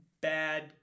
bad